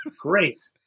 Great